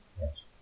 Yes